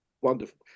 wonderful